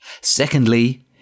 Secondly